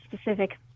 specific